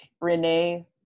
Renee